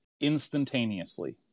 instantaneously